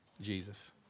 Jesus